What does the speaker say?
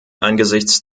angesichts